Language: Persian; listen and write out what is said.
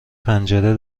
پنجره